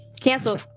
Cancel